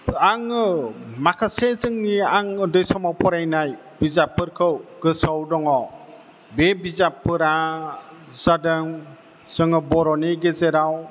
आङो माखासे जोंनि आं उन्दै समाव फरायनाय बिजाबफोरखौ गोसोयाव दङ बे बिजाबफोरा जादों जोङो बर'नि गेजेराव